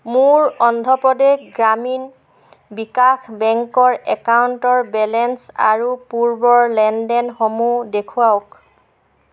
মোৰ অন্ধ্ৰ প্ৰদেশ গ্ৰামীণ বিকাশ বেংকৰ একাউণ্টৰ বেলেঞ্চ আৰু পূৰ্বৰ লেনদেনসমূহ দেখুৱাওক